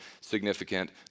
significant